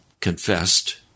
confessed